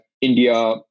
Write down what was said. India